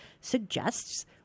suggests